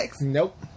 Nope